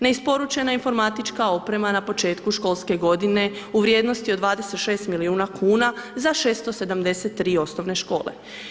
Neisporučena informatička oprema na početku školske godine u vrijednosti od 26 milijuna kuna za 673 osnovne škole.